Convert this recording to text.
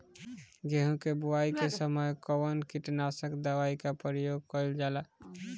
गेहूं के बोआई के समय कवन किटनाशक दवाई का प्रयोग कइल जा ला?